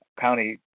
county